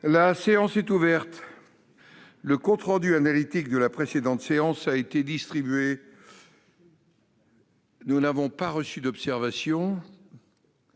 La séance est ouverte. Le compte rendu analytique de la précédente séance a été distribué. Il n'y a pas d'observation